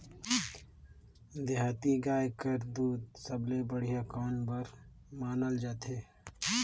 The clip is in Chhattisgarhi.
देहाती गाय कर दूध सबले बढ़िया कौन बर मानल जाथे?